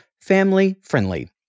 family-friendly